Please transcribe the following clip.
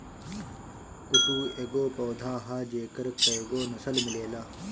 कुटू एगो पौधा ह जेकर कएगो नसल मिलेला